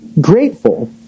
grateful